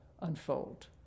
unfold